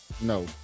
No